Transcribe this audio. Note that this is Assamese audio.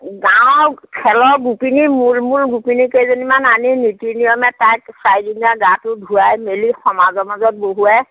গাঁৱৰ খেলৰ গোপিনী মূল মূল গোপিনী কেইজনীমান আনি নীতি নিয়মৰে তাইক চাৰি দিনীয়া গাটো ধুৱাই মেলি সমাজৰ মাজত বহুৱাই